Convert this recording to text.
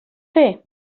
fer